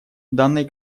данной